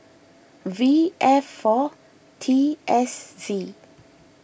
V F four T S Z